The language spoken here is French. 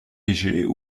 léger